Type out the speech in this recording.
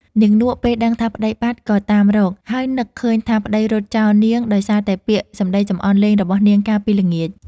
នាងនក់ ពេលដឹងថាប្តីបាត់ ក៏តាមរក ហើយនឹកឃើញថាប្តីរត់ចោលនាងដោយសារតែពាក្យសម្ដីចំអន់លេងរបស់នាងកាលពីល្ងាច ។